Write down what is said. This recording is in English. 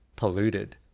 polluted